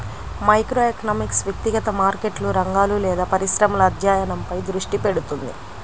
microeconomics వ్యక్తిగత మార్కెట్లు, రంగాలు లేదా పరిశ్రమల అధ్యయనంపై దృష్టి పెడుతుంది